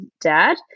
dad